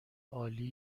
عالی